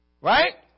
Right